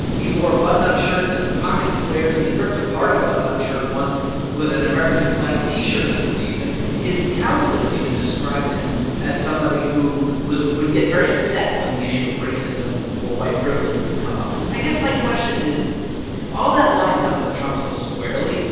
he wore button-up shirts and pocket squares, and he ripped apart a button-up shirt once with an american flag t-shirt underneath. and his counselors even described him as somebody who would get get very upset when the issue of racism or white privilege would come up. i guess my question is while that lines up with trump so squarely,